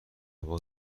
هوا